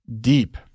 deep